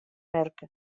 merk